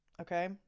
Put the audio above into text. Okay